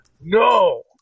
no